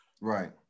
Right